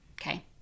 okay